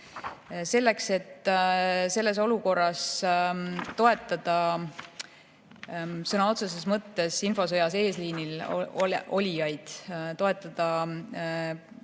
infosõda. Et selles olukorras toetada sõna otseses mõttes infosõjas eesliinil olijaid, toetada